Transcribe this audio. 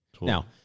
Now